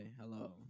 hello